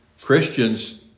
Christians